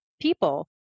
people